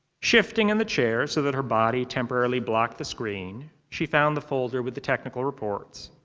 shifting in the chair so that her body temporarily blocked the screen, she found the folder with the technical reports.